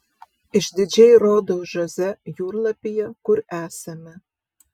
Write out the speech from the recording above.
išdidžiai rodau žoze jūrlapyje kur esame